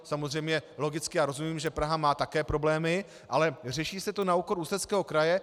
Samozřejmě logicky rozumím, že Praha má také problémy, ale řeší se to na úkor Ústeckého kraje.